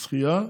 לשחייה.